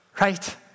right